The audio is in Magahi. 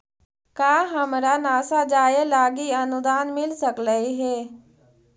का हमरा नासा जाये लागी अनुदान मिल सकलई हे?